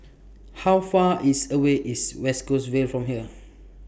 How Far IS away IS West Coast Vale from here